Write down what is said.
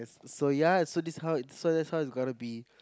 so ya so this is how it so that's how it gonna be